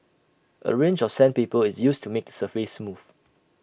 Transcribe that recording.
A range of sandpaper is used to make the surface smooth